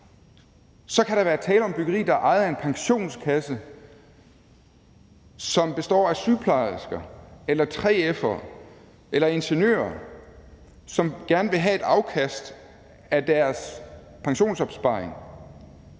så kan der være tale om byggeri, der er ejet af en pensionskasse, som består af sygeplejersker eller 3F'ere eller ingeniører, som gerne vil have et afkast af deres pensionsopsparing,